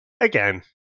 again